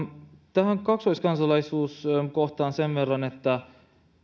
tähän kaksoiskansalaisuuskohtaan sen verran että